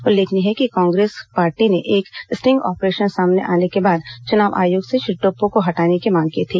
उल्लेखनीय है कि कांग्रेस पार्टी ने एक स्टिंग ऑपरेशन सामने आने के बाद चुनाव आयोग से श्री टोप्पो को हटाने की मांग की थी